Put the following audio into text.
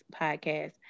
podcast